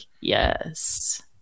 yes